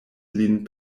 lin